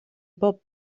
بوب